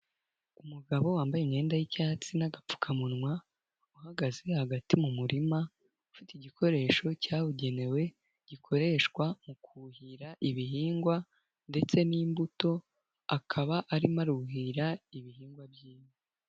Umugabo wambaye imyenda y'icyatsi n'agapfukamunwa uhagaze hagati mu murima, ufite igikoresho cyabugenewe gikoreshwa mu kuhira ibihingwa ndetse n'imbuto akaba arimo aruhira ibihingwa bye.